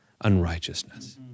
unrighteousness